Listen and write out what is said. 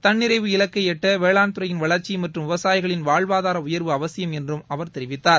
தன்னிறைவு இலக்கை எட்ட வேளாண்துறையின் வளர்ச்சி மற்றும் விவசாயிகளின் வாழ்வாதார உயர்வு அவசியம் என்றும் அவர் தெரிவித்தார்